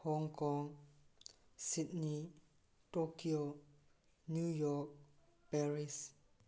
Hong Kong Sydney Tokyo New York Paris